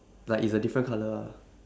like it's a different color ah